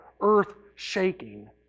earth-shaking